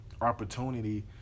opportunity